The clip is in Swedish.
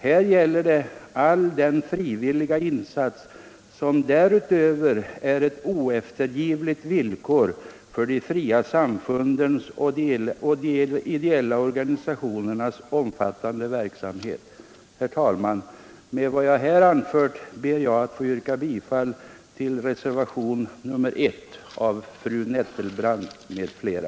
Här gäller det all den frivilliga insats som därutöver är ett oeftergivligt villkor för de fria samfundens och de ideella organisationernas omfattande verksamhet. Herr talman! Med vad jag här anfört ber jag att få yrka bifall till reservationen 1 av fru andre vice talmannen Nettelbrandt m.fl.